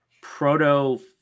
proto